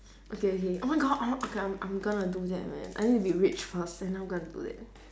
okay okay oh my god o~ okay I'm I'm going to do that man I need to be rich first then I'm gonna do that